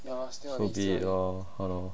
COVID lor